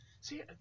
see